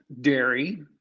dairy